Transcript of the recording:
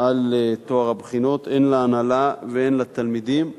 על טוהר הבחינות, הן להנהלה והן לתלמידים,